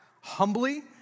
humbly